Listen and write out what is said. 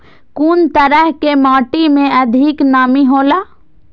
कुन तरह के माटी में अधिक नमी हौला?